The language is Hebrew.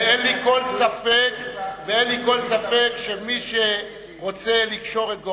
ואין לי כל ספק שמי רוצה לקשור את גורלו,